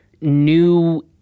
new